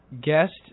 guest